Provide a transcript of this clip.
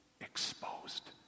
exposed